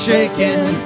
shaking